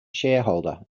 shareholder